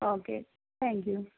okay thank you